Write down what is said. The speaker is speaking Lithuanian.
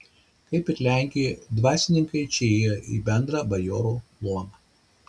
kaip ir lenkijoje dvasininkai čia įėjo į bendrą bajorų luomą